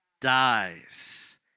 dies